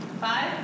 five